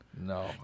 No